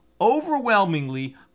overwhelmingly